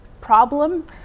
problem